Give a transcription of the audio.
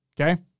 Okay